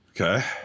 Okay